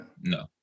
No